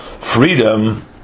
Freedom